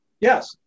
Yes